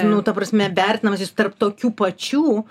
nu ta prasme vertinamas jis tarp tokių pačių